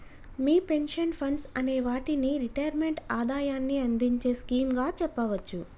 మీ pension funds అనే వాటిని retirement ఆదాయాన్ని అందించే స్కీమ్ గా చెప్పవచ్చు